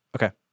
Okay